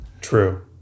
True